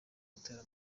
gutera